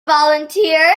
volunteers